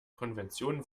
konvention